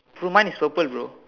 no mine is purple bro